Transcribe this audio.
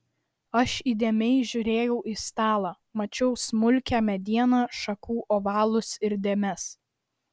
aš įdėmiai žiūrėjau į stalą mačiau smulkią medieną šakų ovalus ir dėmes